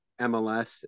MLS